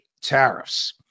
tariffs